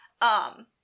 Um-